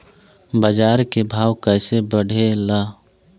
बाजार के भाव कैसे बढ़े ला?